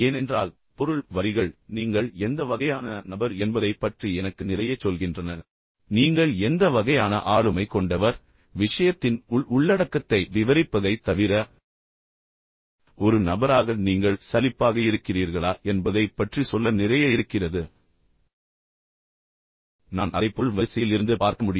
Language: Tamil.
ஏனென்றால் பொருள் வரிகள் நீங்கள் எந்த வகையான நபர் என்பதைப் பற்றி எனக்கு நிறையச் சொல்கின்றன நீங்கள் எந்த வகையான ஆளுமை கொண்டவர் விஷயத்தின் உள் உள்ளடக்கத்தை விவரிப்பதைத் தவிர ஒரு நபராக நீங்கள் சலிப்பாக இருக்கிறீர்களா என்பதைப் பற்றி சொல்ல நிறைய இருக்கிறது நான் அதை பொருள் வரிசையில் இருந்து பார்க்க முடியும்